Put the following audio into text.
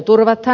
hyvä